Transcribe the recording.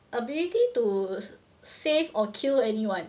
ability to save or kill anyone